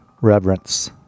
reverence